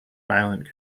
violent